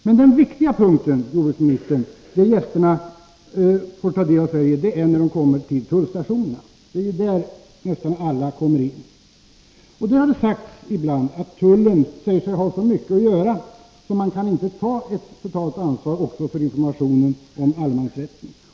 Men den viktiga kontaktpunkt, herr jordbruksminister, där ästan alla gästerna får möta Sverige är tullstationerna — det är ju där kommer in i landet. Det har ibland sagts att tullen anser sig ha så mycket att göra att man inte kan ta ett totalt ansvar för informationen om allemansrätten.